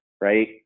right